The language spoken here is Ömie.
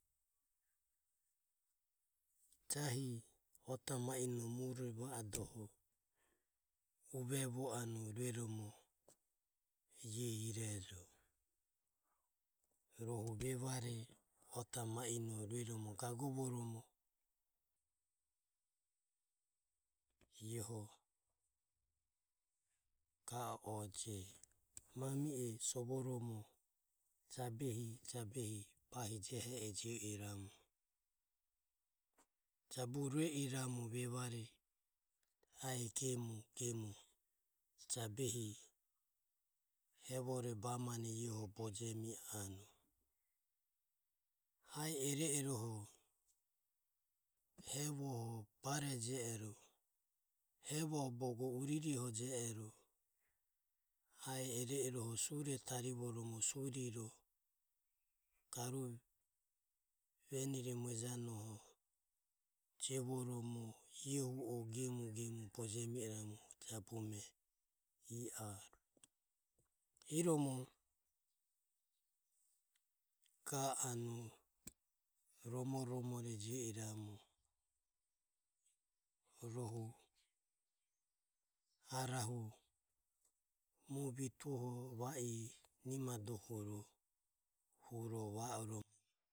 Jahi ota maeino muro va adoho uvevo anue rueromo iae irejo. Rohu evare ota maino rueromo gagovoromo ieho ga o je mami e sovoromo jabehi jabehi bahijehe e jio iramu jabu rue iramu vevare iae gemu gemu e jabehi hevore bamane iaeho bojemi anue. Ae iro irioho hevo ho bareje ero, hevo bogo uriroho je ero ae iro iroho sure tarivoromo suriro garue venire muejanoho jevoromo iae hu o gemu gemu bojemi anue jabume ia o. Iromo ga anue romo romore jio iramu rohu arahu mue vituoho va i nimadoho huro va oromo.